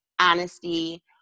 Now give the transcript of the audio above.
honesty